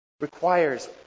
requires